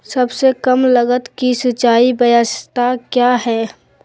सबसे कम लगत की सिंचाई ब्यास्ता क्या है?